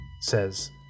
says